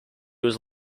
was